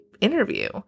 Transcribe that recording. interview